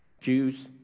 Jews